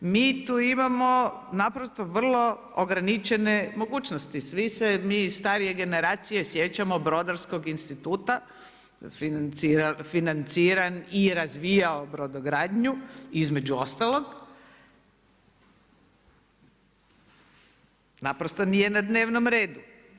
Mi tu imamo naprosto vrlo ograničene mogućnosti, svi se mi iz starije generacije sjećamo brodarskog instituta financiran i razvijao brodogradnju između ostalog, naprosto nije na dnevnom redu.